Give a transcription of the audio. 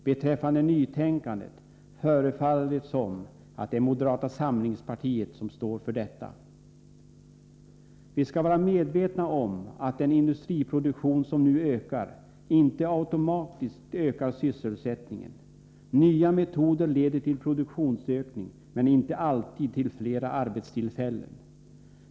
Beträffande nytänkandet förefaller det som om det är moderata samlingspartiet som står för detta. Vi skall vara medvetna om att den industriproduktion som nu ökar inte automatiskt ökar sysselsättningen. Nya metoder leder till produktionsökning, men inte alltid till flera arbetstillfällen.